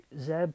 Zeb